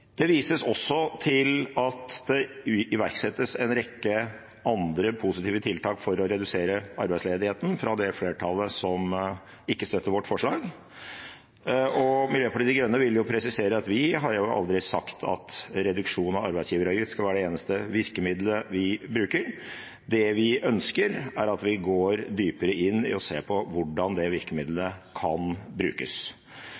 Det vises også til – fra flertallet, som ikke støtter vårt forslag – at det iverksettes en rekke andre positive tiltak for å redusere arbeidsledigheten. Miljøpartiet De Grønne vil presisere at vi aldri har sagt at reduksjon av arbeidsgiveravgift skal være det eneste virkemiddelet vi bruker. Det vi ønsker, er at vi går dypere inn i å se på hvordan det